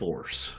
Force